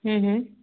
हूँ हूँ